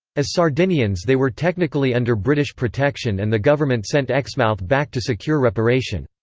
as sardinians they were technically under british protection and the government sent exmouth back to secure reparation.